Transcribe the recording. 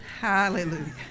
Hallelujah